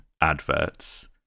adverts